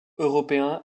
européens